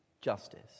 justice